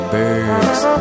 birds